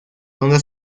ondas